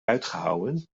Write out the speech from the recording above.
uitgehouwen